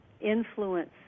influence